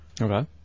Okay